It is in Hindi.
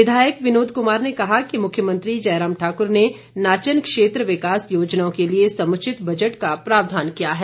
विधायक विनोद कुमार ने कहा कि मुख्यमंत्री जयराम ठाकुर ने नाचन क्षेत्र विकास योजनाओं के लिए समुचित बजट का प्रावधान किया है